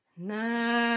No